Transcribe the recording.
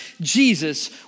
Jesus